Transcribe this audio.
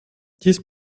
dies